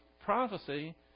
prophecy